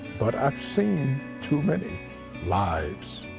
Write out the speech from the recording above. but i've seen too many lives